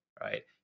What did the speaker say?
right